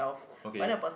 okay